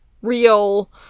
real